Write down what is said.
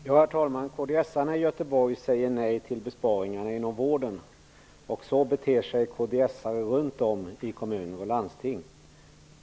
Herr talman! Kds:arna i Göteborg säger nej till besparingarna inom vården, och så beter sig kds:are runt om i kommuner och landsting.